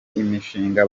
imishinga